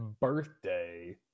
birthday